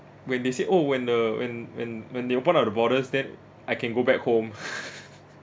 when they say oh when the when when when they open up the borders then I can go back home